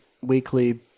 weekly